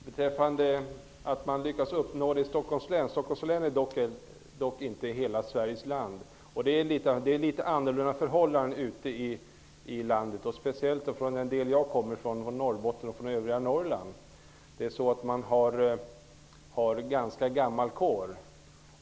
Herr talman! Justitieministern säger att man har lyckats i Stockholms län. Stockholms län är dock inte hela Sverige. Det är litet annorlunda förhållanden ute i landet, speciellt i den del som jag kommer ifrån, Norrbotten, och i övriga Norrland. Där finns det en ganska gammal kår.